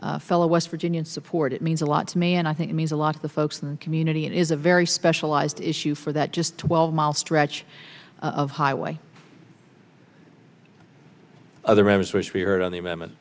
my fellow west virginian support it means a lot to me and i think means a lot of the folks in the community it is a very specialized issue for that just twelve mile stretch of highway other members which we heard on the amendment